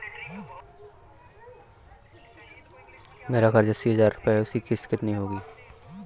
मेरा कर्ज अस्सी हज़ार रुपये का है उसकी किश्त कितनी होगी?